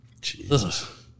Jesus